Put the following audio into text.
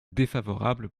défavorable